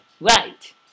Right